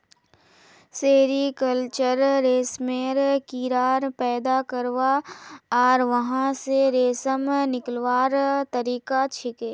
sericulture रेशमेर कीड़ाक पैदा करवा आर वहा स रेशम निकलव्वार तरिका छिके